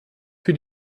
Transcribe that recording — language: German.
für